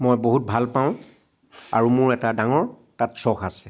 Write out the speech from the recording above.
মই বহুত ভাল পাওঁ আৰু মোৰ এটা ডাঙৰ তাত চখ আছে